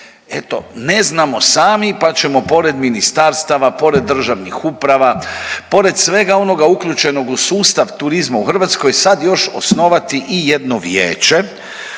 eto ne znamo sami, pa ćemo pored ministarstava, pored državnih uprava, pored svega onoga uključenog u sustav turizma u Hrvatskoj sad još osnovati i jedno vijeće